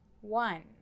One